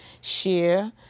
share